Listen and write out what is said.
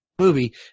movie